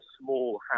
small